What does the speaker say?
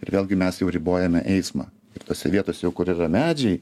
ir vėlgi mes jau ribojame eismą ir tose vietose jau kur yra medžiai